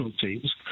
teams